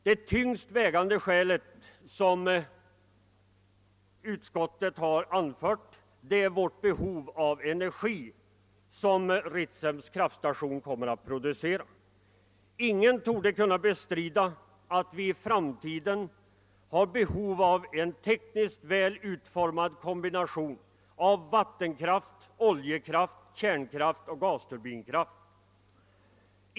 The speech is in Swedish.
Det tyngst vägande skäl som utskottet anfört är vårt behov av den energi som Ritsems kraftstation kommer att producera. Ingen torde kunna bestrida att vi i framtiden har behov av en tekniskt väl utformad kombination av vattenkraft, oljekraft, kärnkraft och gasturbinkraft.